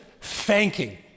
thanking